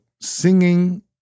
singing